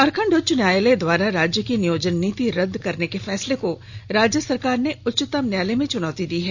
झारखंड उच्च न्यायालय द्वारा राज्य की नियोजन नीति रदद करने के फैसले को राज्य सरकार ने उच्चतम न्यायालय में चुनौती दी है